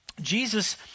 Jesus